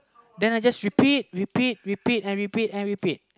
then I just repeat repeat repeat and repeat and repeat